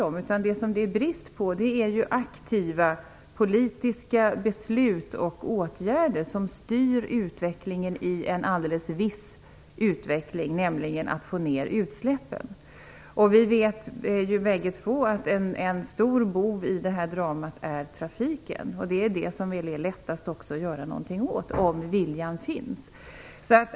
Däremot är det brist på aktiva politiska beslut och åtgärder som styr utvecklingen i en viss riktning, nämligen att man skall få ned utsläppen. Vi vet båda två att en stor bov i det här dramat är trafiken, och det är också den som det är lättast att göra något åt - om viljan finns.